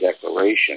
declaration